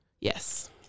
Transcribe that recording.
Yes